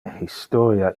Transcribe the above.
historia